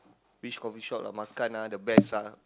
which coffee shop lah makan ah the best ah